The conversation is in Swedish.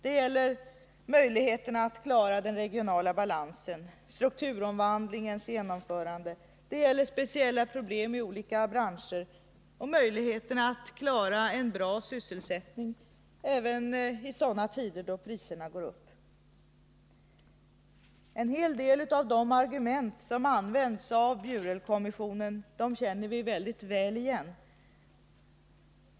Det gäller möjligheterna att klara den regionala balansen, strukturomvandlingens genomförande, speciella problem i olika branscher och möjligheterna att klara en bra sysselsättning även i tider då priserna stiger. En hel del av de argument som används av Bjurelkommissionen känner vi mycket väl igen.